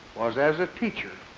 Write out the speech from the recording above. was as a teacher